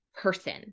person